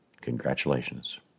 Congratulations